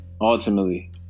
ultimately